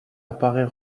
apparaît